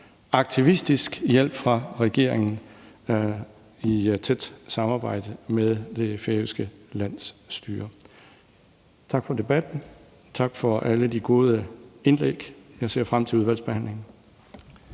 aktivistisk hjælp fra regeringen, og i tæt samarbejde med det færøske landsstyre. Tak for debatten, og tak for alle de gode indlæg. Jeg ser frem til udvalgsbehandlingen.